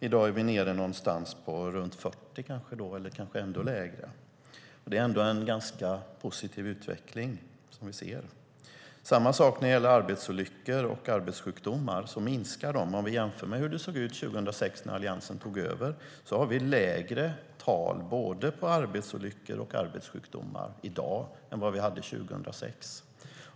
I dag är vi nere på någonstans runt 40 eller kanske ännu lägre. Det är väl ändå en ganska positiv utveckling vi ser. Samma sak när det gäller arbetsolyckor och arbetssjukdomar - de minskar. Om vi jämför med hur det såg ut 2006 när Alliansen tog över har vi lägre tal, både på arbetsolyckor och på arbetssjukdomar i dag än vad vi hade 2006.